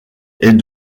est